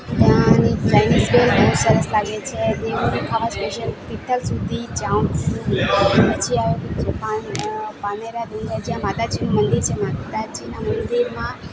ત્યાંની ચાઈનીઝ ભેળ બહુ સરસ લાગે છે હું તેને ખાવા સ્પેશિયલ તિથલ સુધી જઉં છું પછી આવે છે પાન પાનેરા ડુંગર જ્યાં માતાજીનું મંદિર છે માતાજીના મંદિરમાં